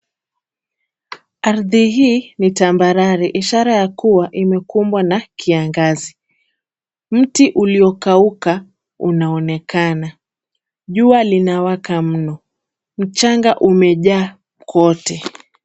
Ardhi hii ni tambarare, ishara ya kuwa imekumbwa na kiangazi. Mti uliokauka unaonekana. Jua linawaka mno. Mchanga umejaa kwote.